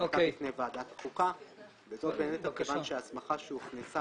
עמדה בפני ועדת החוקה וזאת מכיוון שההסמכה שהוכנסה